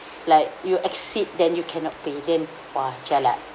like you exceed then you cannot pay then !wah! jialat